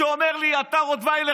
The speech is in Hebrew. שהוא אומר לי: אתה רוטוויילר,